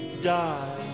die